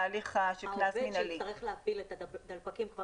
העובד שיצטרך להפעיל את הדלפקים כבר